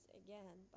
again